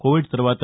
Covid తర్వాత